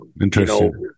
Interesting